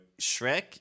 Shrek